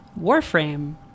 Warframe